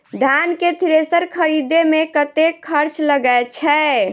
धान केँ थ्रेसर खरीदे मे कतेक खर्च लगय छैय?